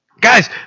Guys